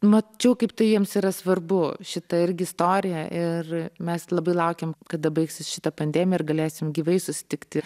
mačiau kaip tai jiems yra svarbu šita irgi istorija ir mes labai laukėm kada baigsis šita pandemija ir galėsim gyvai susitikti